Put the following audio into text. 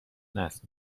نصب